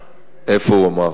איפה הוא אמר?